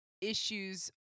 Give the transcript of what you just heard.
issues